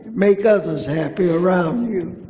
make others happy around you.